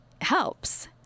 helps